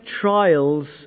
trials